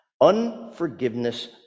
Unforgiveness